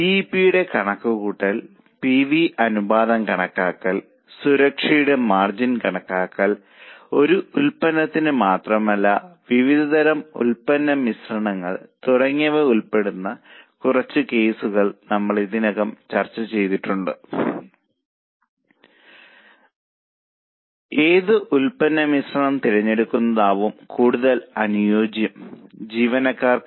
ബിഇപിയുടെ കണക്കുകൂട്ടൽ P V അനുപാതം കണക്കാക്കൽ സുരക്ഷയുടെ മാർജിൻ കണക്കാക്കൽ ഒരു ഉൽപ്പന്നത്തിന് മാത്രമല്ല വിവിധ തരം ഉൽപ്പന്ന മിശ്രണങ്ങൾക്ക് ഏതു ഉൽപ്പന്ന മിശ്രണം തിരഞ്ഞെടുക്കുന്നതാവും കൂടുതൽ അനുയോജ്യം തുടങ്ങിയവ ഉൾപ്പെടുന്ന കുറച്ചു കേസുകൾ നമ്മൾ ഇതിനകം ചെയ്തിട്ടുണ്ട്